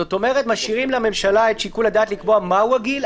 זאת אומרת שמשאירים לממשלה את שיקול הדעת לקבוע מה הוא הגיל,